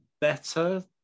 better